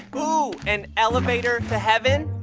ooh, and elevator to heaven?